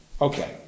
Okay